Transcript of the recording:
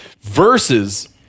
Versus